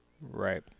Right